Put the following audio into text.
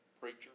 preacher